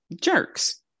jerks